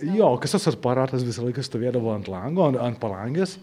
jo kasos tas aparatas visą laiką stovėdavo ant lango ant ant palangės